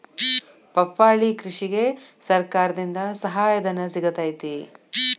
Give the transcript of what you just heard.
ಪಪ್ಪಾಳಿ ಕೃಷಿಗೆ ಸರ್ಕಾರದಿಂದ ಸಹಾಯಧನ ಸಿಗತೈತಿ